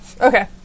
Okay